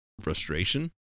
frustration